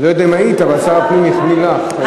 אני לא יודע אם היית, אבל שר הפנים החמיא לך.